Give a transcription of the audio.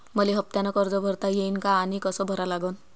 मले हफ्त्यानं कर्ज भरता येईन का आनी कस भरा लागन?